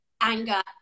anger